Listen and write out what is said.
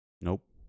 Nope